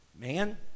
Man